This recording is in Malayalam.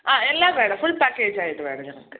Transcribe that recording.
ആഹ് എല്ലാം വേണം ഫുൾ പാക്കേജായിട്ട് വേണം ഞങ്ങൾക്ക്